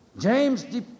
James